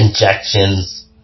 injections